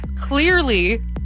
clearly